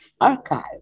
archive